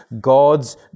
God's